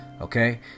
okay